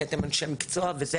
כי אתם אנשי מקצוע וזה.